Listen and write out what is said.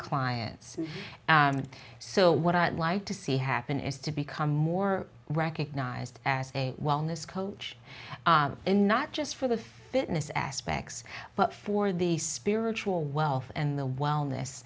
clients and so what i'd like to see happen is to become more recognized as a wellness coach and not just for the fitness aspects but for the spiritual wealth and the wellness